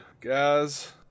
Guys